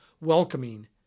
welcoming